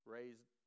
Raised